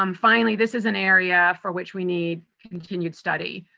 um finally, this is an area for which we need continued study.